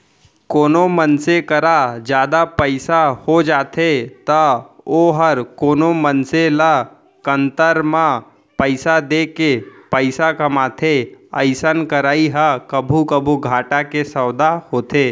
कोनो मनसे करा जादा पइसा हो जाथे तौ वोहर कोनो मनसे ल कन्तर म पइसा देके पइसा कमाथे अइसन करई ह कभू कभू घाटा के सौंदा होथे